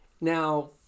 Now